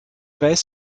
weiß